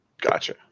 Gotcha